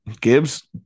Gibbs